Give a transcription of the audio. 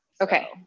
Okay